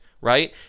right